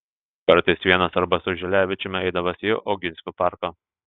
kartais vienas arba su žilevičiumi eidavęs į oginskių parką